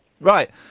Right